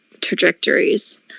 trajectories